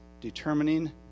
determining